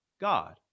God